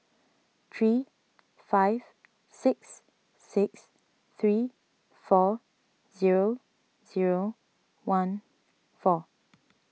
three five six six three four zero zero one four